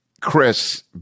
Chris